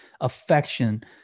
affection